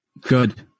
Good